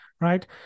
right